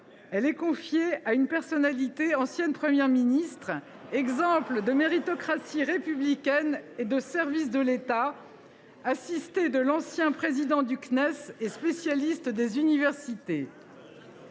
elle est confiée à une personnalité, ancienne Première ministre, exemple de méritocratie républicaine et de service de l’État, assistée de l’ancien président du Centre national d’études